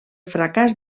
fracàs